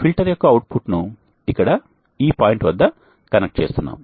filter యొక్క output ను ఇక్కడ ఈ పాయింట్ వద్ద కనెక్ట్ చేస్తున్నాం